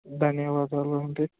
ధన్యవాదాలు అండి